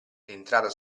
entrata